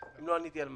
אם לא עניתי על משהו.